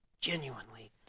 genuinely